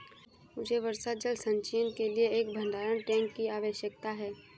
मुझे वर्षा जल संचयन के लिए एक भंडारण टैंक की आवश्यकता है